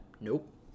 Nope